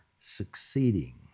succeeding